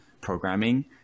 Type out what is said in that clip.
programming